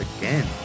again